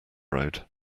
road